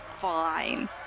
fine